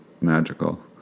magical